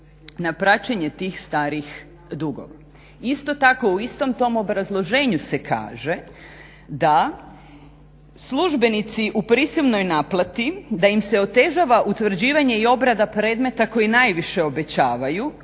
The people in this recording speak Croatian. na praćenje tih starih dugova. Isto tako u istom tom obrazloženju se kaže da službenici u prisilnoj naplati da im se otežava utvrđivanje i obrada predmeta koji najviše obećavaju